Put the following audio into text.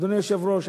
אדוני היושב-ראש,